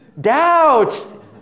doubt